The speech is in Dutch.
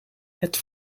het